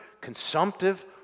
consumptive